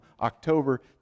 October